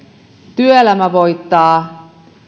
työelämä voittaa